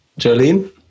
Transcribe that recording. Jolene